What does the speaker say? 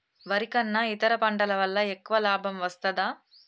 వరి కన్నా ఇతర పంటల వల్ల ఎక్కువ లాభం వస్తదా?